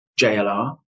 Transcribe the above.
JLR